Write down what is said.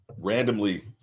randomly